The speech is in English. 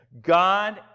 God